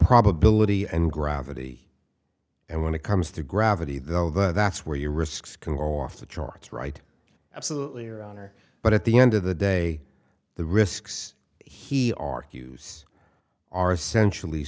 probability and gravity and when it comes to gravity though that's where your risks can go off the charts right absolutely or honor but at the end of the day the risks he argues are essentially